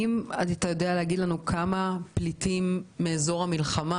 אתה יודע להגיד לנו כמה פליטים מאזור המלחמה